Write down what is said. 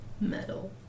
Metal